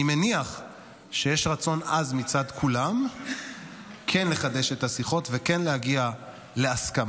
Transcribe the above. אני מניח שיש רצון עז מצד כולם כן לחדש את השיחות וכן להגיע להסכמה.